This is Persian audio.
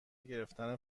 گرفتن